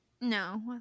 No